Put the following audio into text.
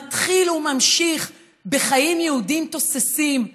מתחיל וממשיך בחיים יהודיים תוססים,